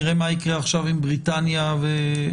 נראה מה יקרה עכשיו עם בריטניה ודנמרק,